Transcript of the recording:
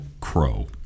crow